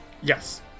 Yes